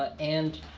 but and